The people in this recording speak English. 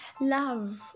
love